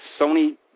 Sony